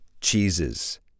cheeses